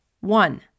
One